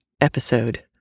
episode